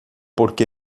porque